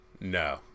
No